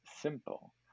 simple